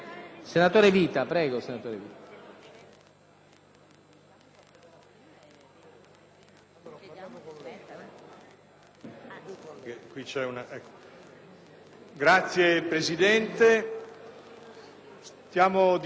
Signor Presidente, stiamo dibattendo di un provvedimento